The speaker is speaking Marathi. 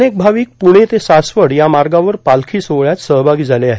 अनेक भाविक पुणे ते सासवड या मार्गावर पालखी सोहळ्यात सहभागी झाले आहेत